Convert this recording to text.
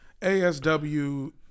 ASW